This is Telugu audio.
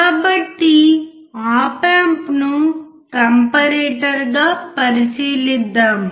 కాబట్టి ఆప్ ఆంప్ను కంపారిటర్గా పరిశీలిద్దాం